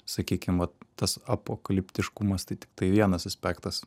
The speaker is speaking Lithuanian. sakykim va tas apokaliptiškumas tai tiktai vienas aspektas